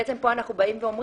בעצם פה אנחנו אומרים,